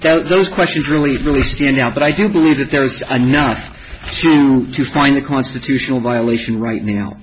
don't those questions really really stand out but i do believe that there is nothing to find a constitutional violation right now